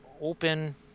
open